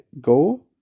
go